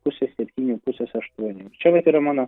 pusę septynių pusės aštuonių čia vat yra mano